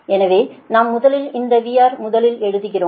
எனவே நாம் முதலில் இந்த VR முதலில் எழுதுகிறோம்